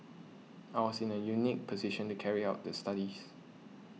I was in a unique position to carry out the studies